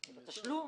הוא לא משלם